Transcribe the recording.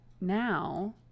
now